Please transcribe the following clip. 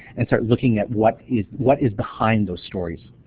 and start looking at what is what is behind those stories.